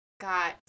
got